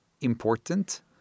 important